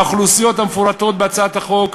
האוכלוסיות המפורטות בהצעת החוק,